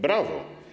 Brawo.